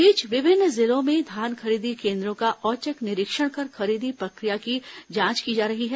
इस बीच विभिन्न जिलों में धान खरीदी केन्द्रों का औचक निरीक्षण कर खरीदी प्रक्रिया की जांच की जा रही है